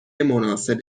مناسب